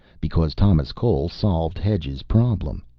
because thomas cole solved hedge's problem.